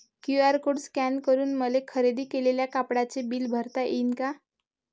QR code scan करून मले खरेदी केलेल्या कापडाचे बिल भरता यीन का?